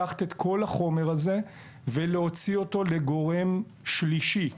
ולהוציא אותו לגורם שלישי,